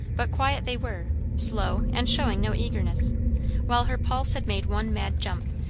but quiet they were slow, and showing no eagerness while her pulse had made one mad jump,